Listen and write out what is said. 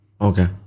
Okay